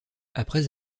après